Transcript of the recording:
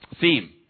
theme